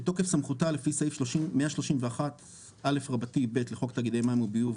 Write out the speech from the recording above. בתוקף סמכותה לפי סעיף 131 א(ב) רבתי לחוק תאגידי מים וביוב,